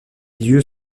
lieux